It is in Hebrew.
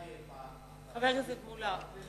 השאלה היא, חבר הכנסת מולה,